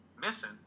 missing